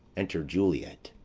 enter juliet.